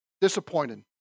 disappointed